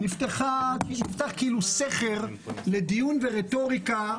נפתח כאילו סכר לדיון ורטוריקה,